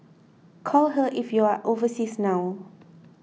call her if you are overseas now